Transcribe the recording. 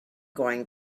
going